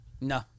No